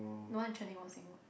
no one in was saying